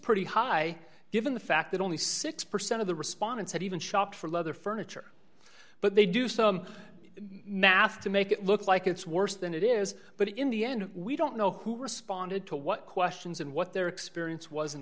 pretty high given the fact that only six percent of the respondents had even shopped for leather furniture but they do some math to make it look like it's worse than it is but in the end we don't know who responded to what questions and what their experience was